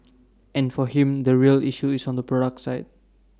and for him the real issue is on the product side